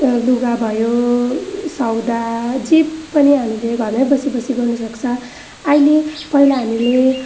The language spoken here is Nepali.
लुगा भयो सौदा जे पनि हामीले घरमै बसी बसी गर्न सक्छ अहिले पहिला हामीले